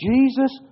Jesus